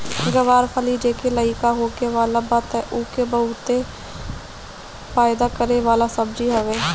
ग्वार फली जेके लईका होखे वाला बा तअ ओके इ बहुते फायदा करे वाला सब्जी हवे